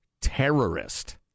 terrorist